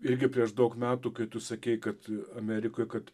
irgi prieš daug metų kai tu sakei kad amerikoj kad